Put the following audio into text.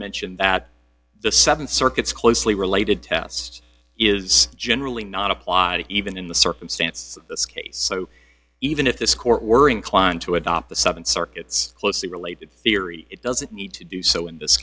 mention that the seven circuits closely related test is generally not applied even in the circumstance of this case so even if this court were inclined to adopt the seven circuits closely related theory it doesn't need to do so in this